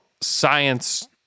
science